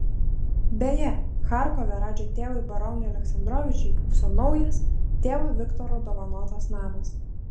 beje charkove radžio tėvui baronui aleksandrovičiui pūpso naujas tėvo viktoro dovanotas namas